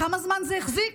כמה זמן זה החזיק?